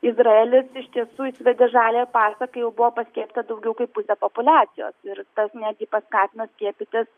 izraelis iš tiesų įsivedė žaliąjį pasą kai jau buvo paskiepyta daugiau kaip pusė populiacijos ir tas netgi paskatino skiepytis